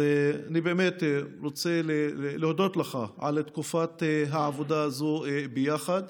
אז אני באמת רוצה להודות לך על תקופת העבודה הזו ביחד.